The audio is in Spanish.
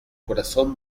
corazón